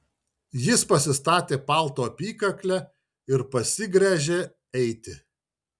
jis pasistatė palto apykaklę ir pasigręžė eiti